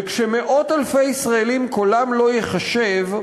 וכשמאות אלפי ישראלים קולם לא ייחשב,